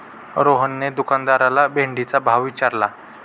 रोहनने दुकानदाराला भेंडीचा भाव विचारला